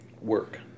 work